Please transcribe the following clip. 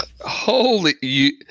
holy